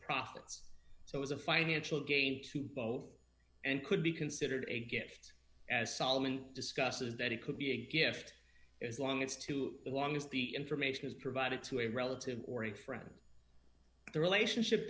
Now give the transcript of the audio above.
profits so as a financial gain to both and could be considered a gift as solomon discusses that it could be a gift as long as too long as the information is provided to a relative or a friend the relationship